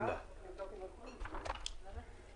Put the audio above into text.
חברי ועדת המשנה יהיו: חברת הכנסת איימן ח'טיב יאסין תהיה